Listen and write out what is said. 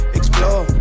explore